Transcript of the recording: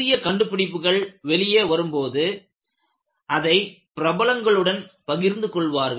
புதிய கண்டுபிடிப்புகள் வெளிவரும் போது அதை பிரபலங்களுடன் பகிர்ந்து கொள்வார்கள்